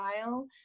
style